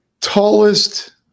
tallest